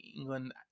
England